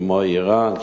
כמו אירן,